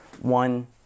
one